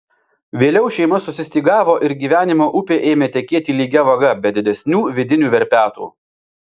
vėliau šeima susistygavo ir gyvenimo upė ėmė tekėti lygia vaga be didesnių vidinių verpetų